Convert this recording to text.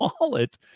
wallet